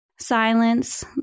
silence